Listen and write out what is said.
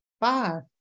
Five